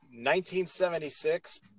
1976